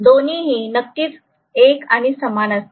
दोन्हीही नक्कीच एक आणि समान असतील